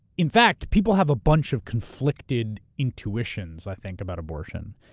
in fact, people have a bunch of conflicted intuitions, i think, about abortion.